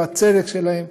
על הצדק שלהם,